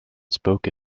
spoke